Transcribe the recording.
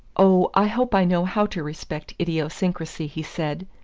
oh, i hope i know how to respect idiosyncrasy, he said.